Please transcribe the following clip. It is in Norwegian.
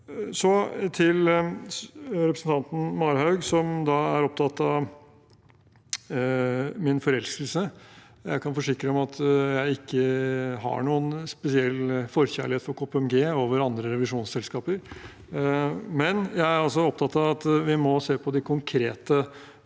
Så til representanten Marhaug, som er opptatt av min forelskelse: Jeg kan forsikre om at jeg ikke har noen spesiell forkjærlighet for KPMG over andre revisjonsselskaper, men jeg er opptatt av at vi må se på de konkrete